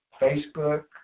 Facebook